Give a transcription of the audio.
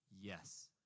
Yes